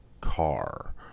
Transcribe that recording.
car